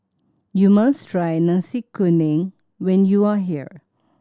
you must try Nasi Kuning when you are here